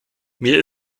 mir